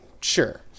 sure